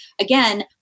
Again